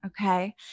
Okay